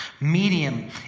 Medium